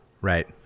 Right